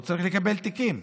הוא צריך לקבל תיקים.